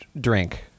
drink